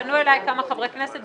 פנו אלי כמה חברי כנסת,